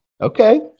Okay